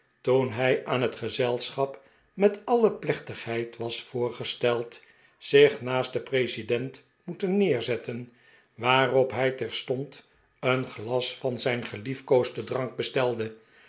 toen hij aan het gezelschap met alle pleehtigheid was voorgesteld zich naast den president moest neerzetten waarop hij terstond een glas van zijn geliefkoosden drank bestelde